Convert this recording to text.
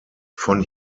von